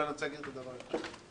אני רוצה להגיד דבר אחד: